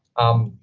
um,